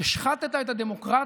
השחת את הדמוקרטיה.